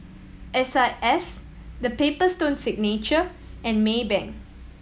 S I S The Paper Stone Signature and Maybank